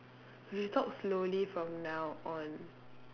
we should talk slowly from now on